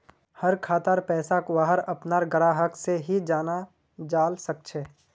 हर खातार पैसाक वहार अपनार ग्राहक से ही जाना जाल सकछे